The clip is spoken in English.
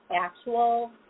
actual